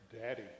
daddy